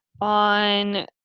on